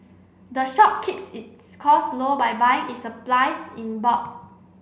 the shop keeps its cost low by buying its supplies in bulk